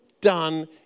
done